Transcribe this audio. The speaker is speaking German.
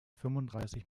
fünfunddreißig